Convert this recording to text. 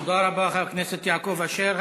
תודה רבה, חבר הכנסת יעקב אשר.